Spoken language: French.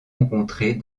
rencontrer